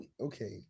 okay